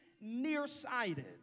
nearsighted